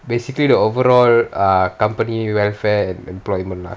basically the overall err company welfare and employment lah